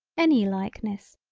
any likeness,